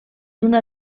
una